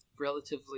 Relatively